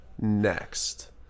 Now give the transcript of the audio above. next